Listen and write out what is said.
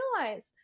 realize